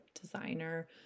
designer